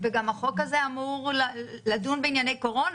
וגם החוק הזה אמור לדון בענייני קורונה,